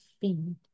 feed